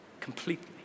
completely